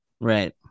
Right